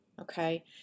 Okay